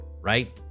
Right